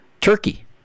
Turkey